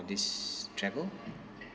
this travel